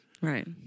Right